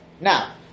Now